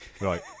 right